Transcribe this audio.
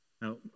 Now